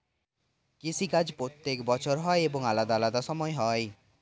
কৃষি কাজ প্রত্যেক বছর হয় এবং আলাদা আলাদা সময় হয়